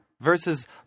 versus